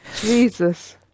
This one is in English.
Jesus